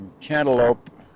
cantaloupe